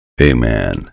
Amen